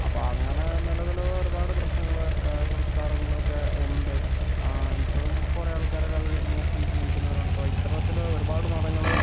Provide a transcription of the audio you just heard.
അപ്പോൾ അങ്ങനെ നിലവില് ഒരുപാട് പ്രശ്നങ്ങള് സംസ്കാരങ്ങളൊക്കെ ഉണ്ട് ഇപ്പോഴും കുറേ ആൾക്കാരൊക്കെ അത് നോക്കി ജീവിക്കുന്നവരുണ്ട് ഇപ്പോൾ ഇത്തരത്തില് ഒരുപാട് മതങ്ങള്